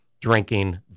drinking